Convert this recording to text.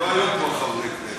לא היו פה חברי כנסת.